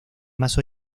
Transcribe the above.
más